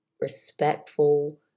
respectful